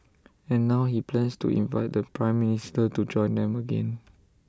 and now he plans to invite the Prime Minister to join them again